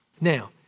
Now